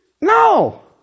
No